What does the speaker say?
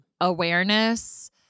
awareness